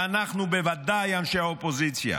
ואנחנו בוודאי, אנשי האופוזיציה